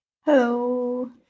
Hello